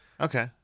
Okay